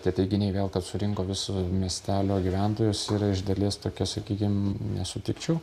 tad teiginiai vėl kad surinko visus miestelio gyventojus yra iš dalies tokia sakykim nesutikčiau